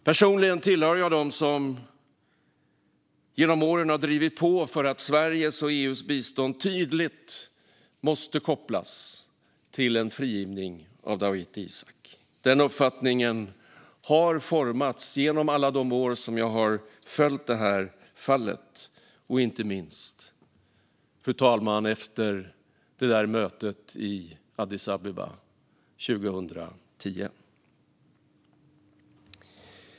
Personligen tillhör jag dem som genom åren har drivit på för att Sveriges och EU:s bistånd tydligt ska kopplas till en frigivning av Dawit Isaak. Den uppfattningen har formats genom alla de år jag har följt fallet och inte minst, fru talman, efter mötet i Addis Abeba 2010.